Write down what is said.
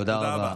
תודה רבה.